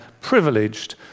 privileged